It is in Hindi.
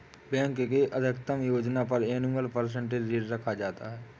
बैंक के अधिकतम योजना पर एनुअल परसेंटेज रेट रखा जाता है